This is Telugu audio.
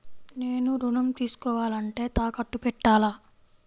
నేను ఋణం తీసుకోవాలంటే తాకట్టు పెట్టాలా?